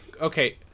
Okay